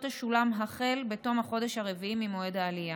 תשולם החל בתום החודש הרביעי ממועד העלייה.